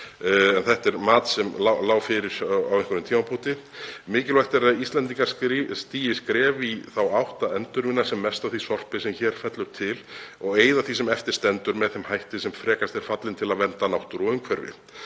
þetta er mat sem lá fyrir á einhverjum tímapunkti. Mikilvægt er að Íslendingar stígi skref í þá átt að endurvinna sem mest af því sorpi sem hér fellur til og eyða því sem eftir stendur með þeim hætti sem frekast er fallinn til að vernda náttúru og umhverfi.